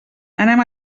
anem